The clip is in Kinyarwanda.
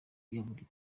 yaburiwe